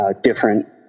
different